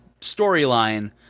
storyline